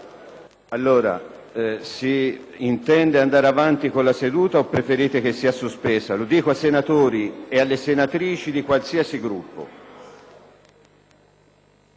Si intende andare avanti con la seduta o preferite che sia sospesa? Lo dico ai senatori e alle senatrici di ogni Gruppo.